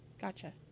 Gotcha